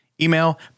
Email